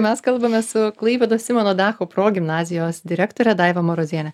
mes kalbame su klaipėdos simono dacho progimnazijos direktore daiva maroziene